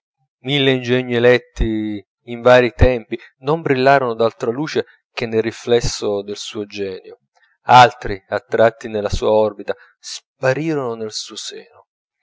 mille ingegni eletti in varii tempi non brillarono d'altra luce che del riflesso del suo genio altri attratti nella sua orbita sparirono nel suo seno